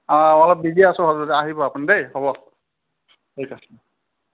অলপ বিজি আছোঁ অলপ আহিব আপুনি দেই হ'ব